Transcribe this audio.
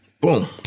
boom